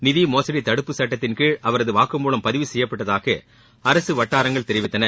நிதி மோசடி தடுப்பு சட்டத்தின் கீழ் அவரது வாக்குமூலம் பதிவு செய்யப்பட்டதாக அரசு வட்டாரங்கள் தெரிவித்தன